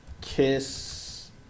Kiss